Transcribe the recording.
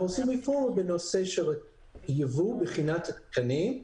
הם עושים רפורמה בנושא של ייבוא מבחינת התקנים.